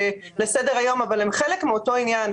לסדר היום אבל הן חלק מאותו עניין.